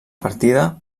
partida